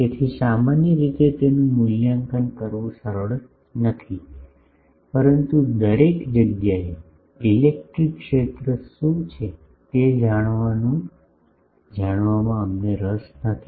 તેથી સામાન્ય રીતે તેનું મૂલ્યાંકન કરવું સરળ નથી પરંતુ દરેક જગ્યાએ ઇલેક્ટ્રિક ક્ષેત્ર શું છે તે જાણવાનું અમને રસ નથી